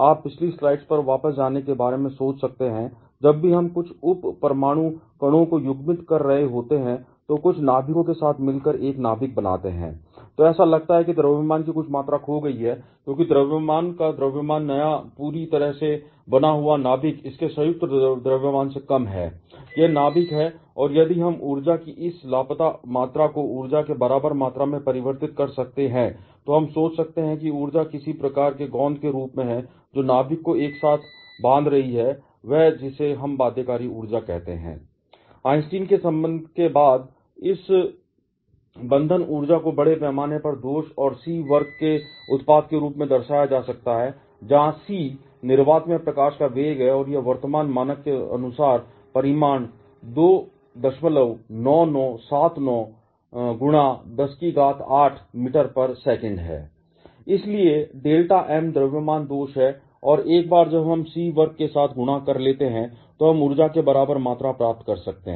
आप पिछली स्लाइड्स पर वापस जाने के बारे में सोच सकते हैं जब भी हम कुछ उप परमाणु कणों को युग्मित कर रहे होते हैं जो कुछ नाभिकों के साथ मिलकर एक नाभिक बनाते हैं तो ऐसा लगता है कि द्रव्यमान की कुछ मात्रा खो गई है क्योंकि द्रव्यमान का द्रव्यमान नया पूरी तरह से बना हुआ नाभिक इसके संयुक्त द्रव्यमान से कम है यह नाभिक है और यदि हम द्रव्यमान की इस लापता मात्रा को ऊर्जा के बराबर मात्रा में परिवर्तित कर सकते हैं तो हम सोच सकते हैं कि ऊर्जा किसी प्रकार के गोंद के रूप में है जो नाभिक को एक साथ बांध रही है और वह जिसे हम बाध्यकारी ऊर्जा कहते हैं इसलिए डेल्टा m द्रव्यमान दोष है और एक बार जब हम c वर्ग के साथ गुणा कर लेते हैं तो हम ऊर्जा के बराबर मात्रा प्राप्त कर सकते हैं